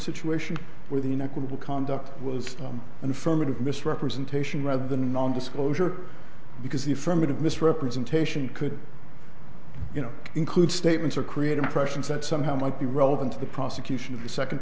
situation with an equitable conduct was an affirmative misrepresentation rather than a non disclosure because the affirmative misrepresentation could you know include statements or create impressions that somehow might be relevant to the prosecution of the second